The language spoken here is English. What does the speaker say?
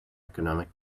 economic